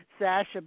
Sasha